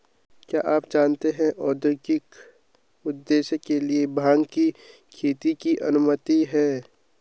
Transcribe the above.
क्या आप जानते है औद्योगिक उद्देश्य के लिए भांग की खेती की अनुमति है?